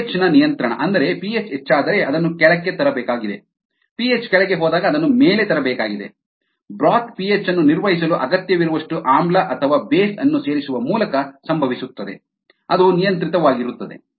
pH ನ ನಿಯಂತ್ರಣ ಅಂದರೆ ಪಿಹೆಚ್ ಹೆಚ್ಚಾದರೆ ಅದನ್ನು ಕೆಳಕ್ಕೆ ತರಬೇಕಾಗಿದೆ ಪಿಹೆಚ್ ಕೆಳಗೆ ಹೋದಾಗ ಅದನ್ನು ಮೇಲೆ ತರಬೇಕಾಗಿದೆ ಬ್ರೋತ್ ಪಿಹೆಚ್ ಅನ್ನು ನಿರ್ವಹಿಸಲು ಅಗತ್ಯವಿರುವಷ್ಟು ಆಮ್ಲ ಅಥವಾ ಬೇಸ್ ಅನ್ನು ಸೇರಿಸುವ ಮೂಲಕ ಸಂಭವಿಸುತ್ತದೆ ಅದು ನಿಯಂತ್ರಿತವಾಗಿರುತ್ತದೆ